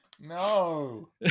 No